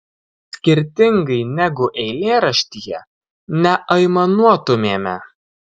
skirtingai negu eilėraštyje neaimanuotumėme